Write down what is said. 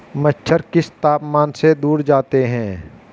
मच्छर किस तापमान से दूर जाते हैं?